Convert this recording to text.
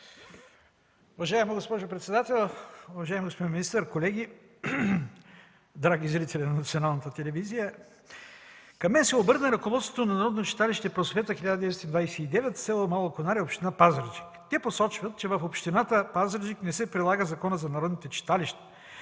Уважаема госпожо председател, уважаеми господин министър, колеги, драги зрители на Националната телевизия! Към мен се обърна ръководството на народно читалище „Просвета 1929” – село Мало Конаре, община Пазарджик. Те посочват, че в общината в Пазарджик не се прилага Законът за народните читалища.